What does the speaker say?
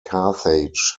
carthage